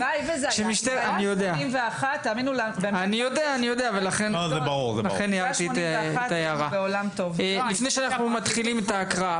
הלוואי שאלה היו 81. לפני ההקראה,